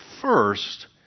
first